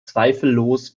zweifellos